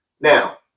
Now